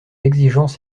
exigence